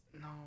No